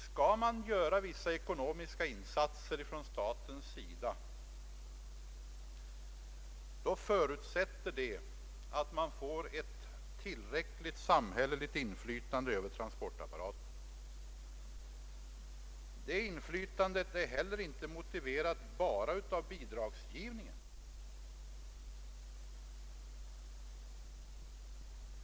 Skall staten göra vissa ekonomiska insatser, förutsätter detta att man får ett tillräckligt samhälleligt inflytande på transportapparaten. Det inflytandet är inte motiverat bara av bidragsgivningen.